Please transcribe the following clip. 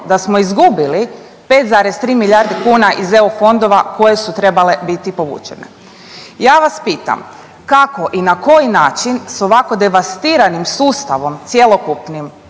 da smo izgubili 5,3 milijarde kuna iz eu fondova koje su trebale biti povučene. Ja vas pitam kako i na koji način s ovako devastiranim sustavom cjelokupnim